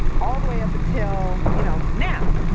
all the way up until, you know, now.